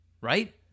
right